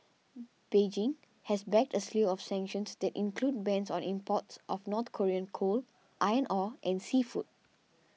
Beijing has backed a slew of sanctions that include bans on imports of North Korean coal iron ore and seafood